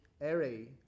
array